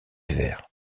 vert